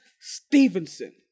Stevenson